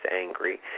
angry